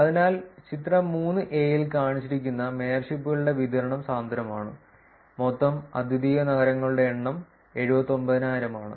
അതിനാൽ ചിത്രം 3 എ ൽ കാണിച്ചിരിക്കുന്ന മേയർഷിപ്പുകളുടെ വിതരണം സാന്ദ്രമാണ് മൊത്തം അദ്വിതീയ നഗരങ്ങളുടെ എണ്ണം 79000 ആണ്